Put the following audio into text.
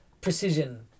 precision